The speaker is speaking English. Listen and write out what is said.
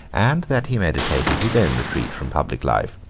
and that he meditated his own retreat from public life,